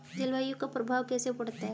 जलवायु का प्रभाव कैसे पड़ता है?